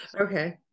okay